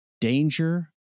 danger